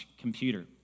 computer